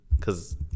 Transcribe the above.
Cause